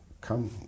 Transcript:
come